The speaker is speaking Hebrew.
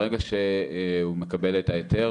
ברגע שהוא מקבל את ההיתר